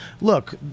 look